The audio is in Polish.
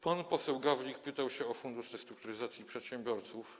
Pan poseł Gawlik pytał o Fundusz Restrukturyzacji Przedsiębiorców.